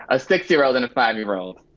a six-year-old and a five-year-old.